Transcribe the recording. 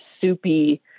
soupy